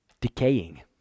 decaying